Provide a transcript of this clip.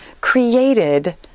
created